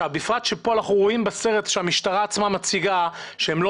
בפרט שפה אנחנו רואים בסרט שהמשטרה עצמה מציגה שהם לא